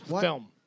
film